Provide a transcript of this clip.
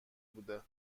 بوده